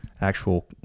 actual